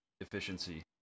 efficiency